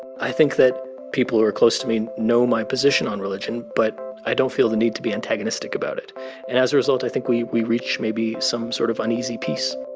i think that people who are close to me know my position on religion, but i don't feel the need to be antagonistic about it. and as a result, i think we we reach maybe some sort of uneasy peace